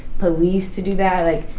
police to do that? like,